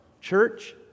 church